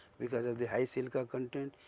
because of the high silica content.